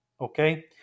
okay